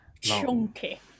Chunky